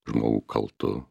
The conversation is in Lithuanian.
žmogų kaltu